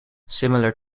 similar